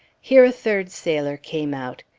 here a third sailor came out.